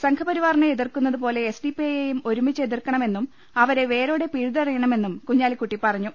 സംഘപ രിവാറിനെ എതിർക്കുന്നതുപോലെ S D P ഐയെയും ഒരുമിച്ച് എതിർക്കണമെന്നും അവരെ വേരോടെ പിഴുതെറിയണമെന്നും കുഞ്ഞാലിക്കുട്ടി പറഞ്ഞു